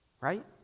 right